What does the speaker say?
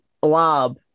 blob